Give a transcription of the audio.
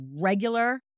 regular